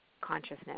consciousness